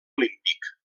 olímpic